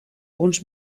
uns